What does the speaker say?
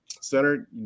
center